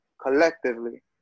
collectively